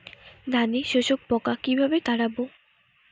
ধানে শোষক পোকা কিভাবে তাড়াব?